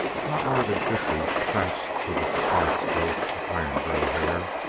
not more than fifty, thatched with a sparse growth of iron-gray hair,